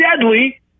deadly